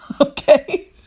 okay